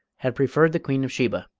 had preferred the queen of sheba.